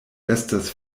estas